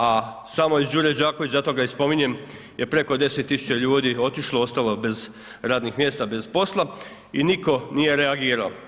A samo iz Đure Đakovića, zato ga i spominjem, je preko 10 tisuća ljudi otišlo, ostalo bez radnih mjesta, bez posla i nitko nije reagirao.